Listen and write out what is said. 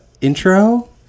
intro